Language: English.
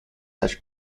such